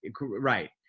Right